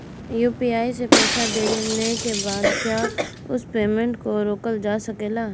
UPI से पईसा देने के बाद क्या उस पेमेंट को रोकल जा सकेला?